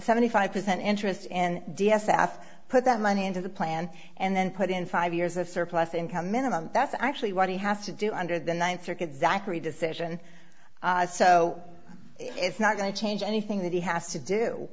seventy five percent interest in d s after put that money into the plan and then put in five years of surplus income minimum that's actually what he has to do under the ninth circuit zachery decision so it's not going to change anything that he has to do